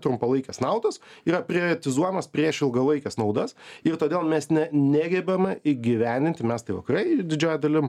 trumpalaikės naudos yra prioretizuojamas prieš ilgalaikes naudas ir todėl mes ne negebame įgyvendinti mes tai vakarai didžiąja dalim